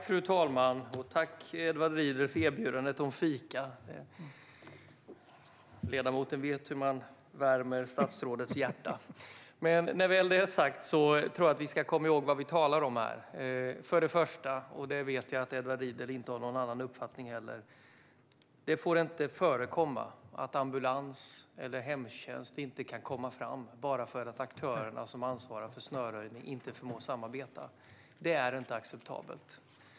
Fru talman! Tack, Edward Riedl, för erbjudandet om fika! Ledamoten vet hur man värmer statsrådets hjärta. När det väl är sagt tror jag att vi ska komma ihåg vad vi talar om här. Först och främst, och jag vet att Edward Riedl inte har någon annan uppfattning om det, får det inte förekomma att ambulans eller hemtjänst inte kan komma fram bara för att aktörerna som ansvarar för snöröjning inte förmår samarbeta. Det är inte acceptabelt.